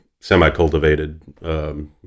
semi-cultivated